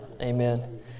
Amen